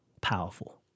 Powerful